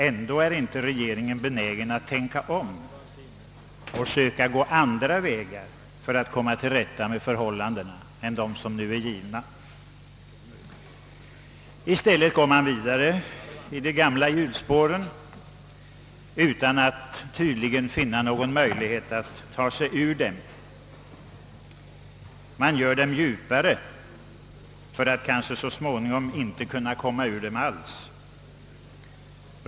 Ändå är regeringen inte benägen att tänka om och försöka gå andra vägar än dem som nu är angivna för att komma till rätta med missförhållandena. Man fortsätter i de gamla hjulspåren, tydligen utan att se sig någon möjlighet att för närvarande ta sig ur dem. Man gör dem i stället djupare, så att man så småningom kanske inte alls kan komma ur dem.